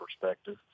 perspective